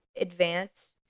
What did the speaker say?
advanced